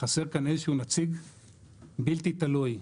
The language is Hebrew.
חסר כאן איזשהו נציג בלתי תלוי,